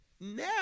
now